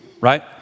right